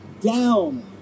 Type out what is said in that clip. down